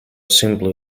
simply